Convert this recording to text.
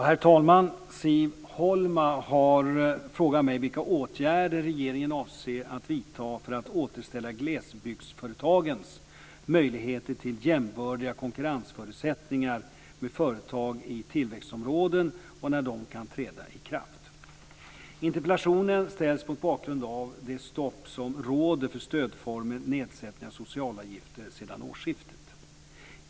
Herr talman! Siv Holma har frågat mig vilka åtgärder regeringen avser att vidta för att återställa glesbygdsföretagens möjligheter till jämbördiga konkurrensförutsättningar med företag i tillväxtområden och när de kan träda i kraft. Interpellationen ställs mot bakgrund av det stopp som råder för stödformen nedsättning av socialavgifter sedan årsskiftet.